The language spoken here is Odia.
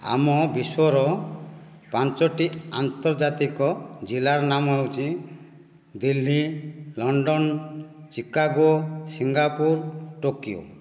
ଆମ ବିଶ୍ୱର ପାଞ୍ଚଟି ଆନ୍ତର୍ଜାତିକ ଜିଲ୍ଲାର ନାମ ହେଉଛି Delhi London Chicago Singapore Tokyo